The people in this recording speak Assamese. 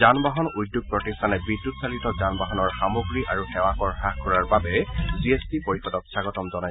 যান বাহন উদ্যোগ প্ৰতিষ্ঠানে বিদ্যুৎ চালিত যান বাহনৰ সামগ্ৰী আৰু সেৱাকৰ হ্ৰাস কৰাৰ বাবে জি এচ টি পৰিষদক স্বাগতম জনাইছে